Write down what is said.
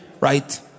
Right